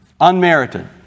Unmerited